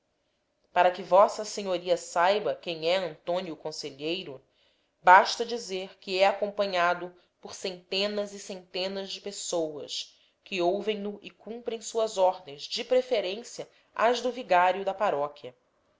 para que v sa saiba quem é antônio conselheiro basta dizer que é acompanhado por centenas e centenas de pessoas que ouvem no e cumprem suas ordens de preferência às do vigário da paróquia